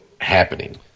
happening